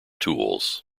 tools